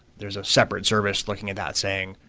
there's a separate service looking at that saying,